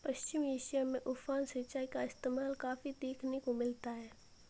पश्चिम Asia में उफान सिंचाई का इस्तेमाल काफी देखने को मिलता है